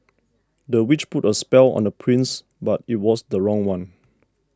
the witch put a spell on the prince but it was the wrong one